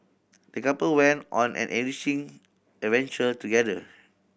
the couple went on an enriching adventure together